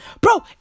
bro